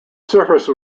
surface